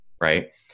right